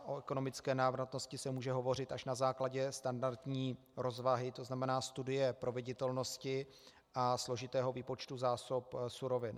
O ekonomické návratnosti se může hovořit až na základě standardní rozvahy, to znamená studie proveditelnosti a složitého výpočtu zásob surovin.